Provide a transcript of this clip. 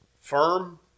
Firm